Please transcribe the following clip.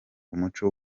umuco